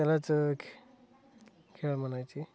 त्यालाच खे खेळ म्हणायचे